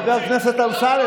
חבר הכנסת אמסלם,